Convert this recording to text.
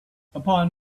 upon